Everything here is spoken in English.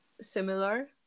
similar